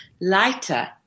lighter